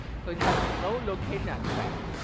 so it has no location access,